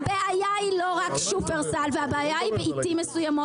מתי הבאתם פעם אחרונה ארבעה משטחים מארבע מדינות שונות?